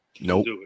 nope